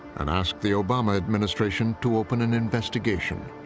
and asked the obama administration to open an investigation.